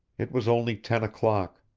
it was only ten o'clock.